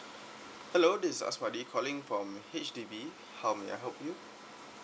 hello this is azbadi calling from H_D_B how may I help you